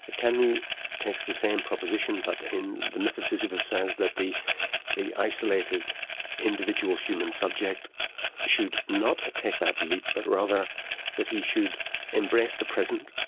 ah camus takes the same proposition but in the myth of sisyphus says that the the isolated individual human subject should not take that leap, but rather that he should embrace the present.